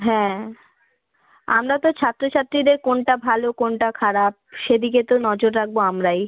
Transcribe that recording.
হ্যাঁ আমরা তো ছাত্র ছাত্রীদের কোনটা ভালো কোনটা খারাপ সেদিকে তো নজর রাখবো আমরাই